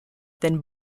than